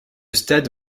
stade